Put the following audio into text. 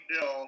Bill